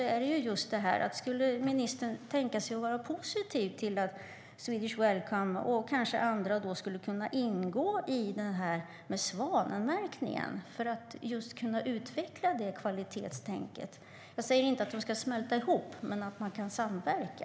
Är ministern positiv till att Swedish Welcome och kanske andra skulle kunna ingå i Svanenmärkningen just för att detta kvalitetstänk ska kunna utvecklas? Jag säger inte att de ska smälta ihop men att de kan samverka.